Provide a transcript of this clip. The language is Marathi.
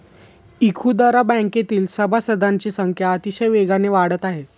इखुदरा बँकेतील सभासदांची संख्या अतिशय वेगाने वाढत आहे